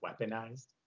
Weaponized